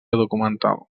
documental